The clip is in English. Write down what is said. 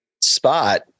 spot